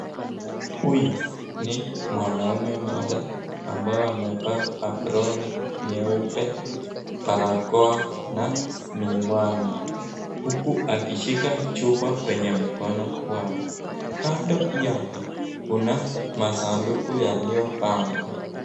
Huyu ni mwanaume mmoja ambaye amevaa aproni nyeupe barakwa na miwani, huku akishika chuma kwenye mkono wake, kando yake kuna masanduku iliyopangwa.